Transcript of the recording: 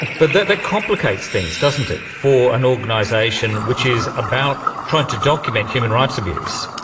but that that complicates things, doesn't it, for an organisation which is about trying to document human rights abuse.